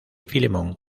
filemón